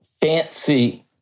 fancy